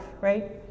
right